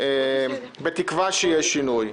בתקווה שיהיה שינוי.